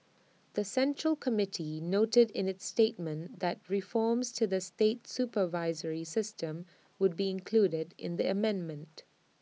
the central committee noted in its statement that reforms to the state supervisory system would be included in the amendment